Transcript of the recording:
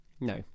No